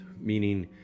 meaning